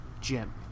Jim